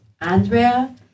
Andrea